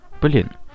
Brilliant